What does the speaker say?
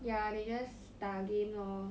ya they just 打 game lor